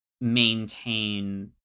maintain